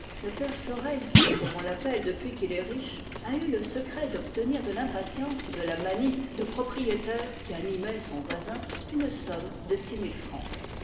le père sorel comme on l'appelle depuis qu'il est riche a eu le secret d'obtenir de l'impatience et de la manie de propriétaire qui animait son voisin une somme de